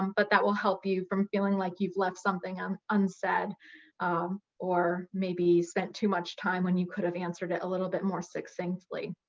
um but that will help you from feeling like you've left something um unsaid um or maybe spent too much time when you could have answered it a little bit more succinctly.